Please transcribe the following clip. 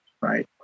right